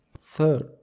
Third